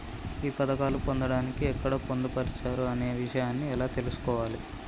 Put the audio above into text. ఈ పథకాలు పొందడానికి ఎక్కడ పొందుపరిచారు అనే విషయాన్ని ఎలా తెలుసుకోవాలి?